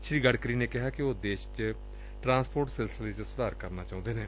ਸ੍ਰੀ ਗਡਕਰੀ ਨੇ ਕਿਹਾ ਕਿ ਉਹ ਦੇਸ਼ ਵਿਚ ਟਰਾਂਸਪੋਰਟ ਸਿਲਸਿਲੇ ਚ ਸੁਧਾਰ ਕਰਨਾ ਚਾਹੁੰਦੇ ਨੇ